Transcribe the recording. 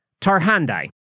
Tarhandai